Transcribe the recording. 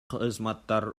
кызматтар